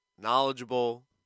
knowledgeable